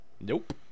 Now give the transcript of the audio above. Nope